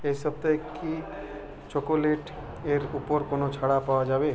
এই সপ্তাহে কি চকোলেটের উপর কোনো ছাড়া পাওয়া যাবে